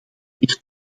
meer